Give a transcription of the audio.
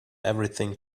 everything